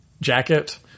jacket